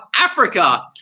Africa